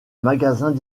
magasins